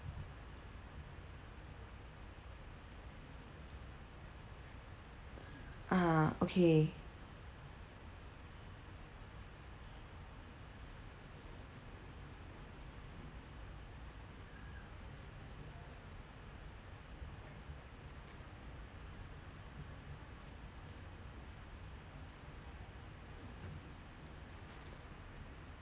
(uh huh) okay